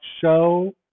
show